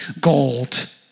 gold